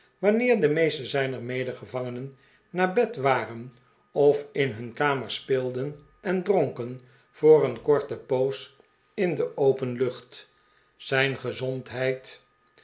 wanneer de meeste zijner medegevangenen naar bed waren of in hun kamers speelden en dronken voor een korte poos in de open lucht zijn gezondheid